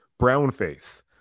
Brownface